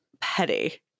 petty